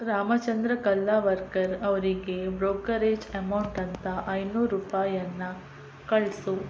ರಾಮಚಂದ್ರ ಕಲ್ಲಾವರ್ಕರ್ ಅವರಿಗೆ brokerage amount ಅಂತ ಐನೂರು ರೂಪಾಯನ್ನು ಕಳಿಸು